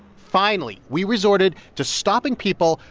finally, we resorted to stopping people,